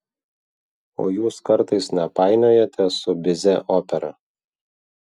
o jūs kartais nepainiojate su bizė opera